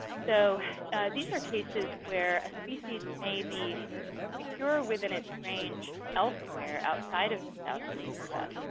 so these are cases where a species may be secure within its range elsewhere, outside of the southeast u s,